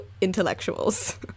intellectuals